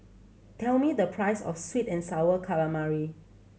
tell me the price of sweet and Sour Calamari